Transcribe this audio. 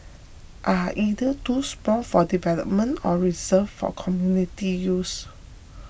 are either too small for development or reserved for community use